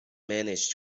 manage